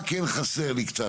מה כן חסר לי קצת?